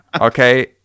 okay